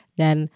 dan